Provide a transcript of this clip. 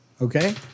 Okay